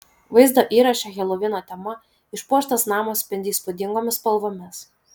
vaizdo įraše helovino tema išpuoštas namas spindi įspūdingomis spalvomis